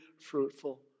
fruitful